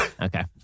Okay